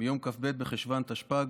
מיום כ"ב בחשוון תשפ"ג,